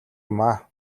юмаа